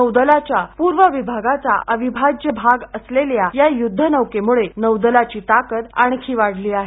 नौदलाच्या पूर्व विभागाचा अविभाज्य भाग असलेल्या या युद्धनौकेमुळे नौदलाची ताकद आणखी वाढली आहे